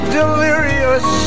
delirious